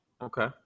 Okay